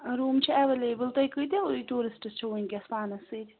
room چھِ available تُہۍ کۭتیاہ ٹوٗرِسٹس چھِو وٕنکٮ۪س پانَس سۭتۍ